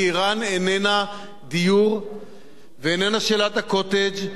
כי אירן איננה דיור ואיננה שאלת ה"קוטג'",